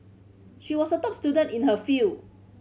she was a top student in her field